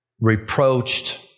reproached